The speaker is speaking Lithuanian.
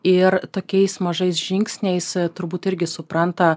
ir tokiais mažais žingsniais turbūt irgi supranta